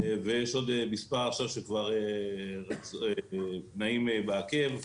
יש עוד מספר שנעים בעקב.